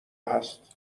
هست